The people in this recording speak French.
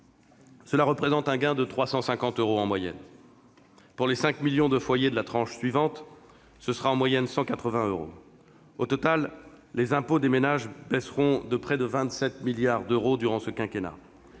cela représentera un gain de 350 euros en moyenne. Pour les 5 millions de foyers de la tranche suivante, le gain sera en moyenne de 180 euros. Au total, les impôts des ménages baisseront de près de 27 milliards d'euros durant ce quinquennat.